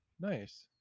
Nice